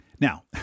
Now